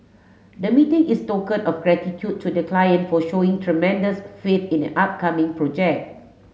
the meeting is token of gratitude to the client for showing tremendous faith in a upcoming project